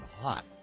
hot